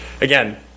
again